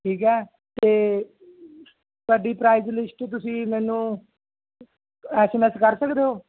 ਠੀਕ ਹੈ ਅਤੇ ਤੁਹਾਡੀ ਪ੍ਰਾਈਜ ਲਿਸਟ ਤੁਸੀਂ ਮੈਨੂੰ ਐਸ ਐਮ ਐਸ ਕਰ ਸਕਦੇ ਹੋ